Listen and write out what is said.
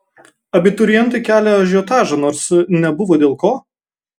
abiturientai kelią ažiotažą nors nebuvo dėl ko